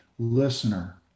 Listener